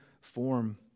form